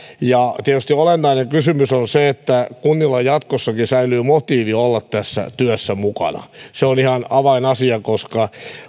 näitä asioita tietysti olennainen kysymys on se että kunnilla jatkossakin säilyy motiivi olla tässä työssä mukana se on ihan avainasia koska